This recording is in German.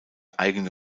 eigene